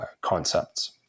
concepts